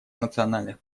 национальных